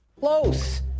Close